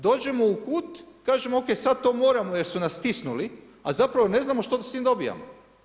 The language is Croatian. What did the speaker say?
Dođemo u kut i kažemo ok, sad to moramo jer su nas stisnuli, a zapravo ne znamo što s tim dobivamo.